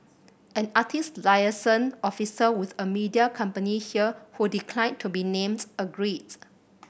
an artist liaison officer with a media company here who declined to be named agreed